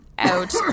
out